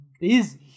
busy